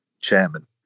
chairman